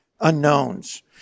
unknowns